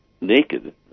naked